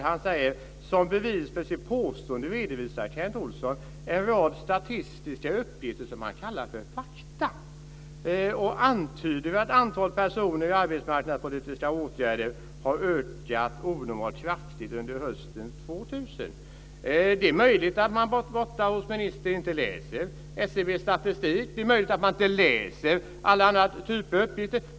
Han säger: Som bevis för sitt påstående redovisar Kent Olsson en rad statistiska uppgifter som han kallar för fakta och antyder att antalet personer i arbetsmarknadspolitiska åtgärder har ökat onormalt kraftigt under hösten Det är möjligt att man borta hos ministern inte läser SCB:s statistik. Det är möjligt att man inte heller läser andra typer av statistik.